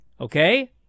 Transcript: okay